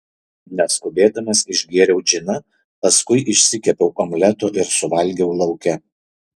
neskubėdamas išgėriau džiną paskui išsikepiau omleto ir suvalgiau lauke